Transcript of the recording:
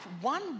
One